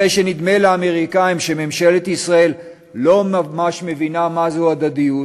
אחרי שנדמה לאמריקנים שממשלת ישראל לא ממש מבינה מה זו הדדיות,